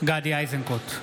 גדי איזנקוט,